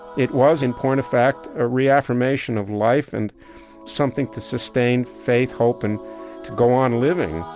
it was, in point of fact, a reaffirmation of life and something to sustain faith, hope, and to go on living